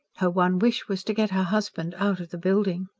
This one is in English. her one wish was to get her husband out of the building.